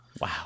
Wow